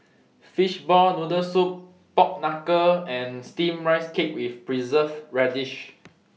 Fishball Noodle Soup Pork Knuckle and Steamed Rice Cake with Preserved Radish